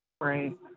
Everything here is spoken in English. Right